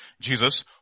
Jesus